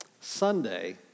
Sunday